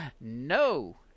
No